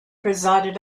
presided